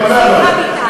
לא נכון.